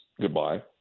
goodbye